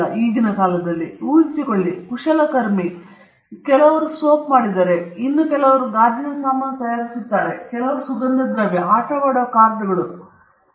ಈಗ ಊಹಿಸಿಕೊಳ್ಳಿ ಈ ಕುಶಲಕರ್ಮಿ ಕೆಲವರು ಸೋಪ್ ಮಾಡಿದರೆ ಅವುಗಳಲ್ಲಿ ಕೆಲವು ಗಾಜಿನ ಸಾಮಾನುಗಳನ್ನು ತಯಾರಿಸುತ್ತವೆ ಅವುಗಳಲ್ಲಿ ಕೆಲವು ಸುಗಂಧ ದ್ರವ್ಯಗಳು ಆಟವಾಡುವ ಕಾರ್ಡುಗಳು ವಸ್ತುಗಳ ಸಂಖ್ಯೆ